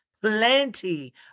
plenty